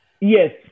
Yes